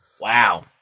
Wow